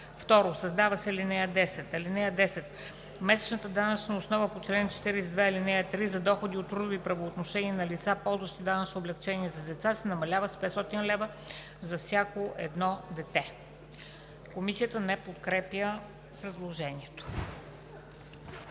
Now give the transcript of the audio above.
2. Създава се ал. 10: „(10) Месечната данъчна основа по чл. 42, ал. 3 за доходи от трудови правоотношения на лица, ползващи данъчно облекчение за деца, се намалява с 500 лв. за всяко едно дете“.“ Комисията не подкрепя предложението.